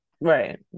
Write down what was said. Right